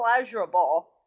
pleasurable